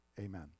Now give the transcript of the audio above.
amen